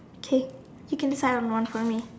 okay you can decide on one for me